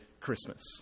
Christmas